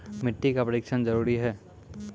मिट्टी का परिक्षण जरुरी है?